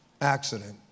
accident